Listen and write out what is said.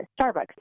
Starbucks